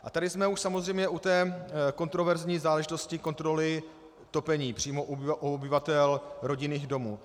A tady jsme už samozřejmě u té kontroverzní záležitosti kontroly topení přímo u obyvatel rodinných domů.